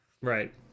right